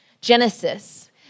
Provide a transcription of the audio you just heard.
Genesis